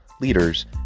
leaders